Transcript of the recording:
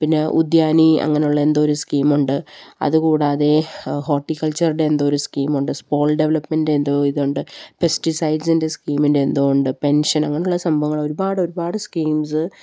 പിന്നെ ഉദ്യാനി അങ്ങനെയുള്ള എന്തോ ഒരു സ്കീമുണ്ട് അതുകൂടാതെ ഹോർട്ടിക്കൾച്ചറിന്റെ എന്തോ ഒരു സ്കീമുണ്ട് സ്പോൾ ഡെവലപ്മെൻറിന്റെ എന്തോ ഇതുണ്ട് പെസ്റ്റിസൈഡ്സിൻ്റെ സ്കീമിൻ്റെ എന്തോ ഉണ്ട് പെൻഷൻ അങ്ങനെയുള്ള സംഭവങ്ങള് ഒരുപാട് ഒരുപാട് സ്കീംസ്